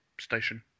station